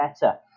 better